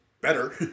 better